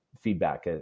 feedback